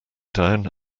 down